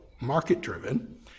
market-driven